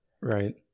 right